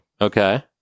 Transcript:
Okay